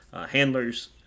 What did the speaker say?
handlers